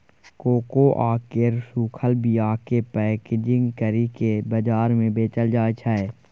cocoa केर सूखल बीयाकेँ पैकेजिंग करि केँ बजार मे बेचल जाइ छै